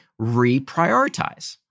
reprioritize